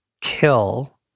kill